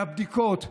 בבדיקות,